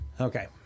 Okay